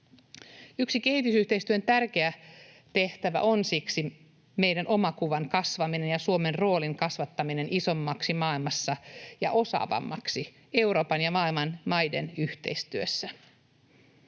Yksi kehitysyhteistyön tärkeä tehtävä on siksi meidän omakuvan kasvaminen ja Suomen roolin kasvattaminen isommaksi maailmassa ja osaavammaksi Euroopan ja maailman maiden yhteistyössä.